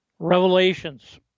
Revelations